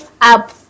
up